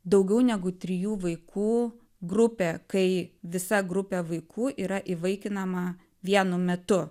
daugiau negu trijų vaikų grupė kai visa grupė vaikų yra įvaikinama vienu metu